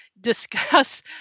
discuss